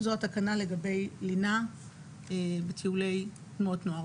" זו התקנה לגבי לינה בטיולי תנועות נוער,